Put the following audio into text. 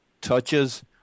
touches